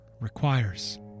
requires